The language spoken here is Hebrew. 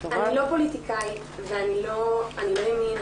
פוליטיקאית ואני לא ימין,